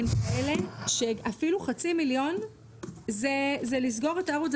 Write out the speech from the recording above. הן כאלה שאפילו חצי מיליון זה לסגור את הערוץ,